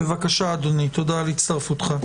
בבקשה, אדוני, תודה על הצטרפותך.